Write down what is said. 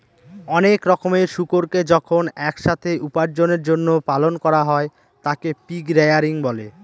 অনেক রকমের শুকুরকে যখন এক সাথে উপার্জনের জন্য পালন করা হয় তাকে পিগ রেয়ারিং বলে